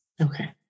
Okay